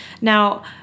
Now